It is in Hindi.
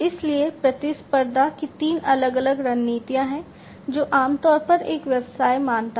इसलिए प्रतिस्पर्धा की तीन अलग अलग रणनीतियाँ हैं जो आमतौर पर एक व्यवसाय मानता है